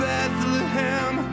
Bethlehem